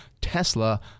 Tesla